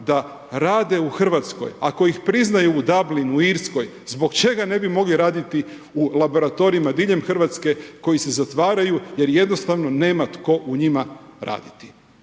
da rade u Hrvatskoj. Ako ih priznaju u Dublinu, Irskoj, zbog čega ne bi mogli raditi u laboratorijima diljem Hrvatske koji se zatvaraju jer jednostavno nema tko u njima raditi?